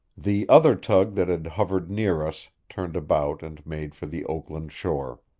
the other tug that had hovered near us turned about and made for the oakland shore.